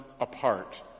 apart